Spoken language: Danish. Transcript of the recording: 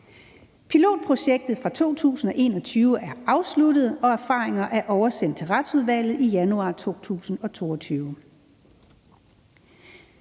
Pilotprojektet fra 2021 er afsluttet, og erfaringerne med det er oversendt til Retsudvalget i januar 2022.